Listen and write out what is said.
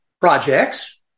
projects